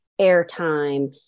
airtime